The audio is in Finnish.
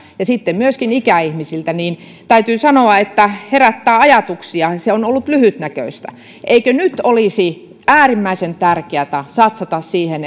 ja sitten myöskin ikäihmisiltä täytyy sanoa että herättää ajatuksia se on ollut lyhytnäköistä eikö nyt olisi äärimmäisen tärkeätä satsata siihen